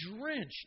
drenched